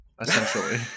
essentially